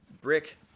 brick